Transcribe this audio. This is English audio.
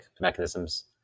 mechanisms